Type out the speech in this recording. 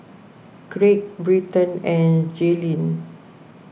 Craig Bryton and Gaylene